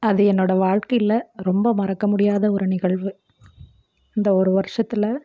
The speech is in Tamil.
அது என்னோடய வாழ்க்கையில் ரொம்ப மறக்க முடியாத ஒரு நிகழ்வு இந்த ஒரு வருஷத்துல